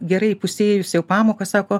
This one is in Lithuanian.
gerai įpusėjus jau pamoką sako